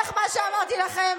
איך מה שאמרתי לכם?